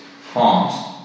forms